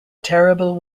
terrible